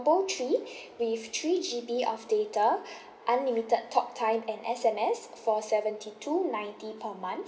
three with three G_B of data unlimited talk time and S_M_S for seventy two ninety per month